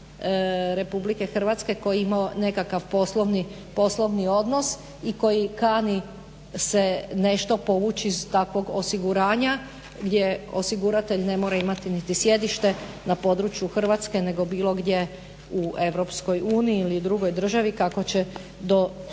Republike Hrvatske koji je imao nekakav poslovni odnos i koji kani se nešto povući iz takvog osiguranja gdje osiguratelj ne mora imati niti sjedište na području Hrvatske nego bilo gdje u EU ili u drugoj državi kako će do